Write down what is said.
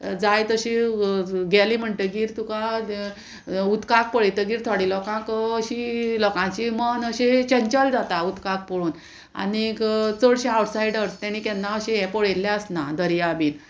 जाय तशी गेली म्हणटगीर तुका उदकाक पळयतगीर थोडी लोकांक अशी लोकांची मन अशी चंचल जाता उदकाक पळोवन आनीक चडशे आवटसायडर्स तेणी केन्ना अशें हें पळयल्लें आसना दर्या बीन